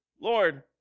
Lord